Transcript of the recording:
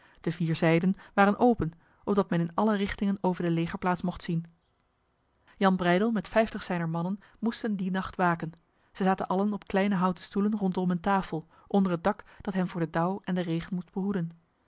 de vier zijden waren open opdat men in alle richtingen over de legerplaats mocht zien jan breydel met vijftig zijner mannen moesten die nacht waken zij zaten allen op kleine houten stoelen rondom een tafel onder het dak dat hen voor de dauw en de regen moest behoeden